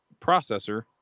processor